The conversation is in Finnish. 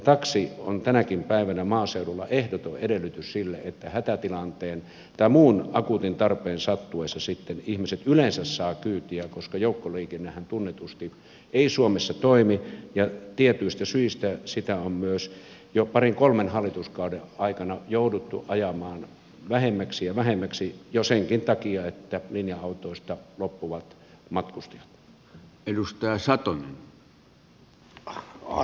taksi on tänäkin päivänä maaseudulla ehdoton edellytys sille että hätätilanteen tai muun akuutin tarpeen sattuessa ihmiset yleensä saavat kyytiä koska joukkoliikennehän tunnetusti ei suomessa toimi ja tietyistä syistä sitä on myös jo parin kolmen hallituskauden aikana jouduttu ajamaan vähemmäksi ja vähemmäksi jo senkin takia että linja autoista loppuvat matkustajat